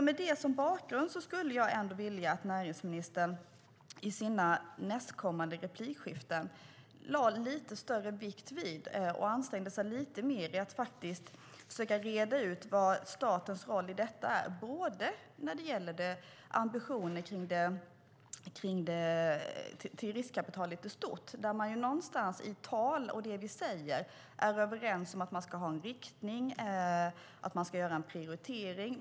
Med detta som bakgrund skulle jag vilja att näringsministern i sina kommande inlägg anstränger sig lite mer och lägger lite större vikt vid att försöka reda ut vad statens roll i detta är, bland annat när det gäller ambitioner kring riskkapitalet i stort, där man i det som sägs är överens om att man ska ha en riktning och att man ska göra en prioritering.